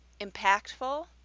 impactful